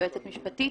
יועצת משפטית,